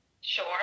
Sure